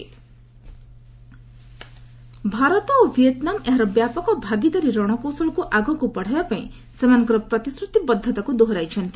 add ଭିପି Vietnam Bharat ଓ Vietnam ଏହାର ବ୍ୟାପକ ଭାଗିଦାରି ରଣକୌଶଳକୁ ଆଗକୁ ବଢ଼ାଇବା ପାଇଁ ପ୍ରତିଶ୍ରତିବଦ୍ଧତାକୁ ଦୋହରାଇଛନ୍ତି